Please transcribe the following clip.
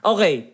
Okay